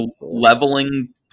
Leveling